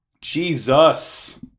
Jesus